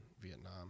Vietnam